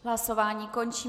Hlasování končím.